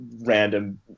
random